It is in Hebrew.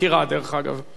של מזכירת הכנסת.